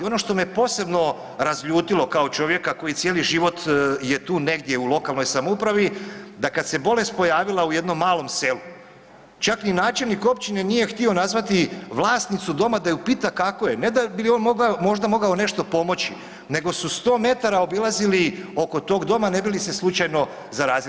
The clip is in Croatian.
Ono što me posebno razljutilo kao čovjeka koji cijeli život je tu negdje u lokalnoj samoupravi da kad se bolest pojavila u jednom malom selu čak ni načelnik općine nije htio nazvati vlasnicu doma da ju pita kako je, ne da li bi on možda mogao nešto pomoći, nego su 100 metara obilazili oko tog doma ne bi li se slučajno zarazili.